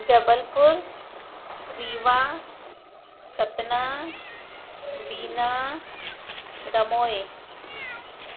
Jabalpur Rewa Satna Bina Damoh